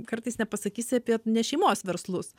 kartais nepasakysi apie ne šeimos verslus